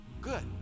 Good